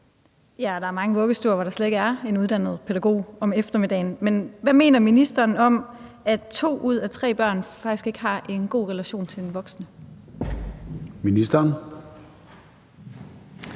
der er mange vuggestuer, hvor der slet ikke er en uddannet pædagog om eftermiddagen. Men hvad mener ministeren om, at to ud af tre børn faktisk ikke har en god relation til en voksen?